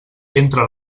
entra